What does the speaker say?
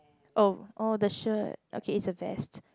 oh orh the shirt okay it's a vest